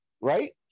right